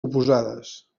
oposades